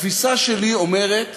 התפיסה שלי אומרת